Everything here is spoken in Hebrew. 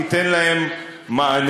ייתן להן מענה.